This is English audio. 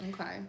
okay